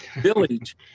village